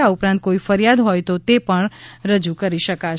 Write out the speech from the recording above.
આ ઉપરાંત કોઇ ફરિયાદ હોઇ તો તે પણ રજૂ કરી શકાશે